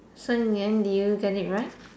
so in the end did you get it right